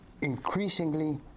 Increasingly